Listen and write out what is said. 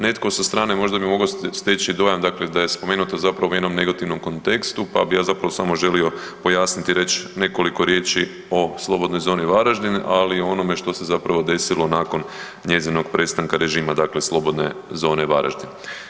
Netko sa strane možda bi mogao steći doma dakle da je spomenuta zapravo u jednom negativnom kontekstu pa bi ja zapravo samo želio pojasniti i reći nekoliko riječi o Slobodnoj zoni Varaždin, ali i onome što se zapravo desilo nakon njezinog prestanka režima dakle Slobodne zone Varaždin.